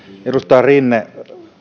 edustaja rinne